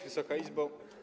Wysoka Izbo!